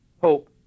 hope